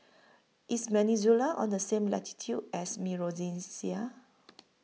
IS Venezuela on The same latitude as Micronesia